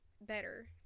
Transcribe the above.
better